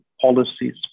policies